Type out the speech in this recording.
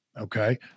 Okay